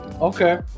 okay